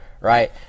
right